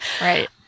Right